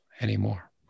anymore